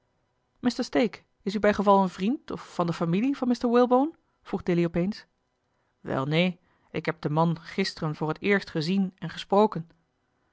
mr stake is u bij geval een vriend of van de familie van mr walebone vroeg dilly op eens wel neen ik heb den man gisteren voor het eerst gezien en gesproken